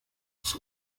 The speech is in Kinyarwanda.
gusa